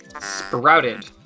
Sprouted